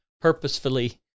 purposefully